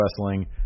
wrestling